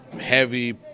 heavy